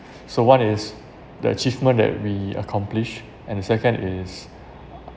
so one is the achievement that we accomplish and the second is